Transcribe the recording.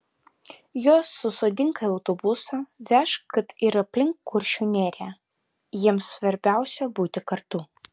juos susodink į autobusą vežk kad ir aplink kuršių neriją jiems svarbiausia būti kartu